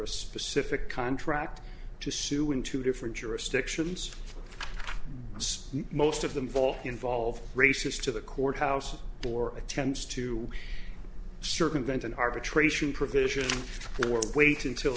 a specific contract to sue in two different jurisdictions most of them fall involve races to the courthouse for attempts to circumvent an arbitration provision or wait until